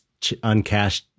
uncashed